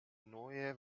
neue